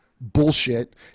bullshit